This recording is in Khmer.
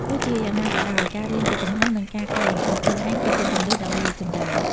ទោះជាយ៉ាងណាក៏ដោយ ការរៀនពីកំហុស និងការកែលម្អខ្លួនឯងគឺជាគន្លឹះដើម្បីរីកចម្រើន។